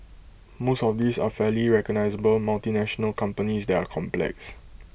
most of these are fairly recognisable multinational companies that are complex